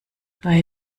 bei